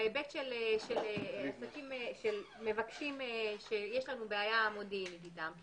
של מבקשים שיש לנו בעיה מודיעינית אתם,